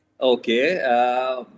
Okay